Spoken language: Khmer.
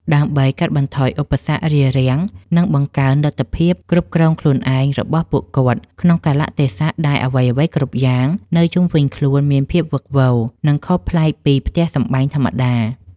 ដើម្បីកាត់បន្ថយឧបសគ្គរារាំង និងបង្កើនលទ្ធភាពគ្រប់គ្រងខ្លួនឯងរបស់ពួកគាត់ ក្នុងកាលៈទេសៈដែលអ្វីៗគ្រប់យ៉ាងនៅជុំវិញខ្លួនមានភាពវឹកវរ និងខុសប្លែកពីផ្ទះសម្បែងធម្មតា។